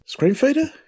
Screenfeeder